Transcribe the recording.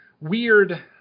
weird